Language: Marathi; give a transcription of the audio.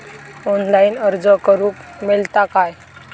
ऑनलाईन अर्ज करूक मेलता काय?